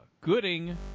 Gooding